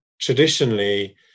traditionally